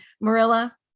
Marilla